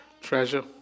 treasure